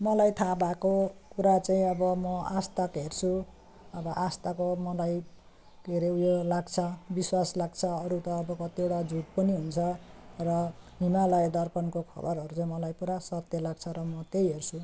मलाई थाहा भएको कुरा चाहिँ अब म आजतक हेर्छु अब आजतकको मलाई के हरे उयो लाग्छ विश्वास लाग्छ अरू त अब कतिवटा झुट पनि हुन्छ र हिमालय दर्पणको खबरहरू चाहिँ मलाई पुरा सत्य लाग्छ र म त्यही हेर्छु